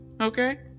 Okay